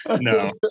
No